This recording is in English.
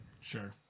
Sure